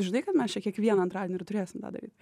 žinai kad mes čia kiekvieną antradienį ir turėsim tą daryt